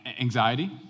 anxiety